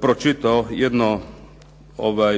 pročitao jedno